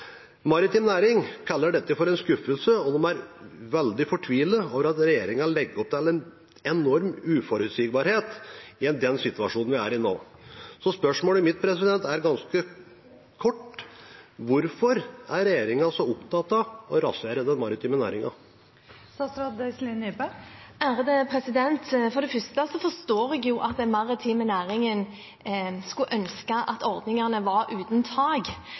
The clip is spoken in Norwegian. at regjeringen legger opp til en enorm uforutsigbarhet i den situasjonen vi er i nå. Så spørsmålet mitt er ganske kort: Hvorfor er regjeringen så opptatt av å rasere den maritime næringen? For det første forstår jeg at den maritime næringen skulle ønske at ordningene var uten tak.